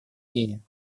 мнения